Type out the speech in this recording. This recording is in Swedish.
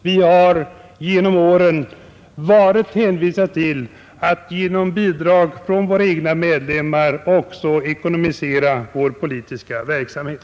Vi har genom åren varit hänvisade till att med avgifter från våra egna medlemmar finansiera vår politiska verksamhet.